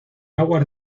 aguas